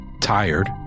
tired